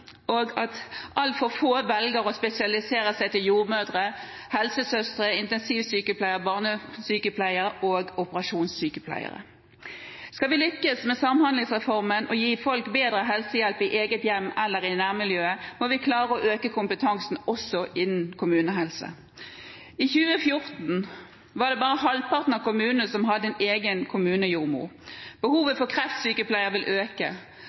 og at altfor få velger å spesialisere seg til jordmødre, helsesøstre, intensivsykepleiere, barnesykepleiere og operasjonssykepleiere. Skal vi lykkes med samhandlingsreformen og gi folk bedre helsehjelp i eget hjem eller i nærmiljøet, må vi klare å øke kompetansen også innen kommunehelse. I 2014 var det bare halvparten av kommunene som hadde en egen kommunejordmor. Behovet for kreftsykepleiere vil øke.